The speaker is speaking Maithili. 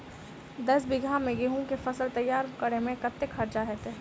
दस बीघा मे गेंहूँ केँ फसल तैयार मे कतेक खर्चा हेतइ?